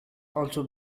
also